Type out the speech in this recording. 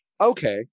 okay